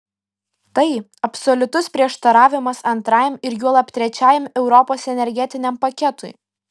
tai absoliutus prieštaravimas antrajam ir juolab trečiajam europos energetiniam paketui